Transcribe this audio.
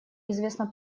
известно